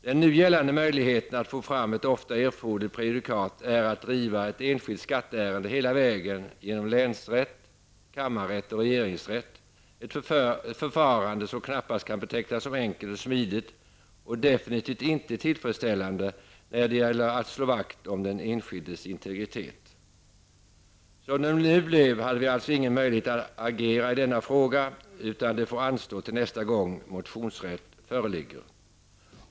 Den nu gällande möjligheten att få fram ett ofta erforderligt prejudikat är att driva ett enskilt skatteärende hela vägen genom länsrätt, kammarrätt och regeringsrätt, ett förfarande som knappast kan betecknas som enkelt och smidigt och som definitivt inte är tillfredsställande när det gäller att slå vakt om den enskildes integritet. Som det nu blev hade vi alltså ingen möjlighet att agera i denna fråga, utan det får anstå till nästa gång motionsrätt föreligger.